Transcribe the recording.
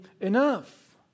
enough